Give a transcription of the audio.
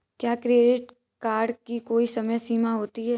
क्या credit card की कोई समय सीमा होती है?